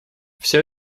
все